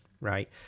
Right